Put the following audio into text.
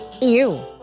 Ew